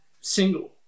single